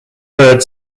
heard